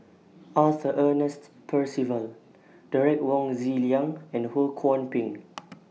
Arthur Ernest Percival Derek Wong Zi Liang and Ho Kwon Ping